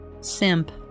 SIMP